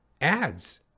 ads